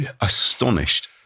Astonished